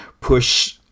push